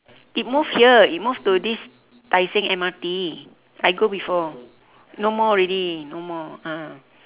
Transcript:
it moved here it moved to this tai seng M_R_T I go before no more already no more ah